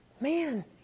Man